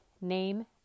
name